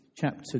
chapter